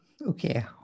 Okay